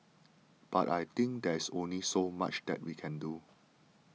but I think there's only so much that we can do